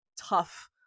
tough